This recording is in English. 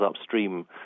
upstream